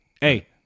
Hey